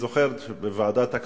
הצבעתי על כל סעיף נגד כשהיה צריך,